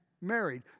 married